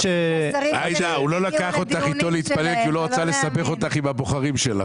הוא לא לקח אותך איתו להתפלל כי לא רצה לסבך אותך עם הבוחרים שלך.